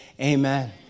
Amen